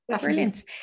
Brilliant